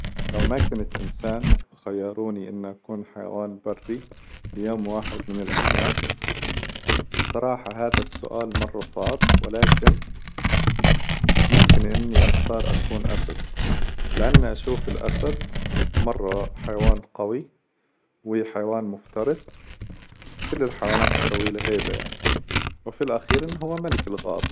لو ما كنت إنسان خيروني إني أكون حيوان بري ليوم واحد من الأيام! الصراحة هذا السؤال مرة صعب، ولكن ممكن إني أختار أكون أسد، لأنه أشوف الأسد مرة حيوان قوي، وحيوان مفترس، وكل الحيوانات تسوي له هيبة يعني، وفي الأخير هو ملك الغابة.